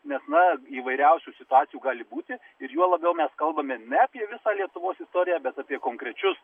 nes na įvairiausių situacijų gali būti ir juo labiau mes kalbame ne apie visą lietuvos istoriją bet apie konkrečius